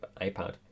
iPad